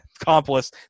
accomplice